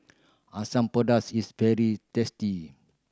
Asam Pedas is very tasty